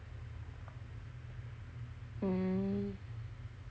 mm